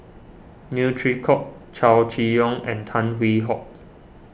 Neo Chwee Kok Chow Chee Yong and Tan Hwee Hock